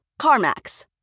CarMax